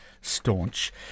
staunch